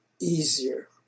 easier